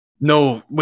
No